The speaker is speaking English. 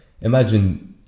Imagine